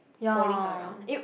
following her around